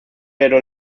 pero